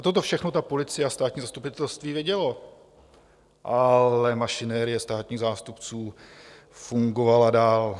Toto všechno ta policie a státní zastupitelství vědělo, ale mašinerie státních zástupců fungovala dál.